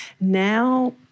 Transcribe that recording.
Now